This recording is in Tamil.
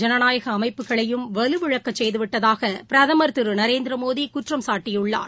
ஜனநாயக அமைப்புகளையும் வலுவிழக்கச் செய்துவிட்டதாக பிரதமர் திரு நரேந்திர மோடி குற்றம்சாட்டியுள்ளார்